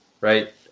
right